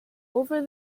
over